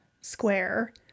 Square